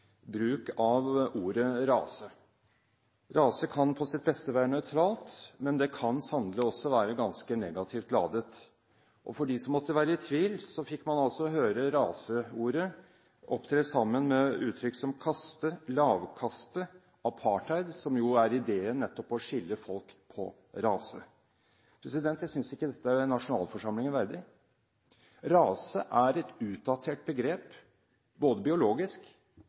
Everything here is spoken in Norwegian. bruk av ordet «rase». Rase kan på sitt beste være nøytralt, men det kan sannelig også være ganske negativt ladet. For dem som måtte være i tvil, fikk man høre raseordet opptre sammen med uttrykk som kaste, lavkaste, apartheid – som jo er ideen til nettopp å skille folk ut fra rase. Jeg synes ikke dette er nasjonalforsamlingen verdig. Rase er et utdatert begrep, biologisk